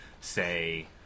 say